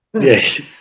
Yes